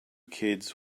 kids